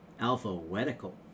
Alphabetical